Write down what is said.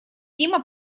дима